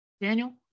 Daniel